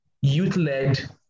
youth-led